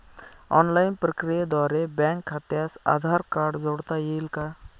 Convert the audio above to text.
Online प्रक्रियेद्वारे bank खात्यास Aadhaar card जोडता येईल का?